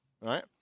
right